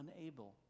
unable